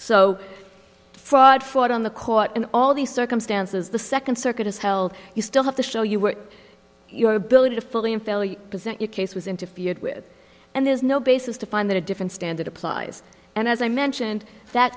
so fraud fraud on the court and all the circumstances the second circuit is held you still have to show you were your ability to fully and fairly present your case was interfered with and there's no basis to find that a different standard applies and as i mentioned that